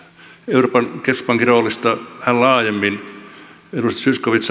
euroopan keskuspankin roolista vähän laajemmin edustaja zyskowicz